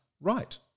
right